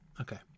Okay